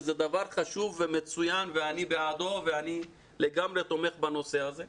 שזה דבר חשוב ומצוין ואני בעדו ואני לגמרי תומך בנושא הזה,